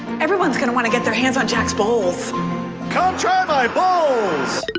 everyone's gonna want to get their hands on jack's bowls come try my bowls!